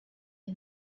mon